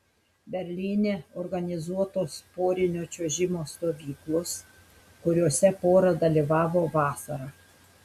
berlyne organizuotos porinio čiuožimo stovyklos kuriose pora dalyvavo vasarą